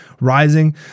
rising